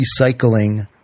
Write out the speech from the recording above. recycling –